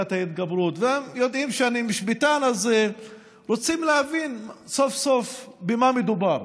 יודעים שאני משפטן ורוצים להבין סוף-סוף במה מדובר.